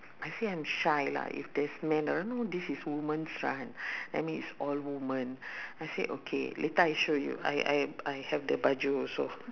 I say I'm shy lah if there's men I know this is women's run that means all women I say okay later I show you I I I have the baju also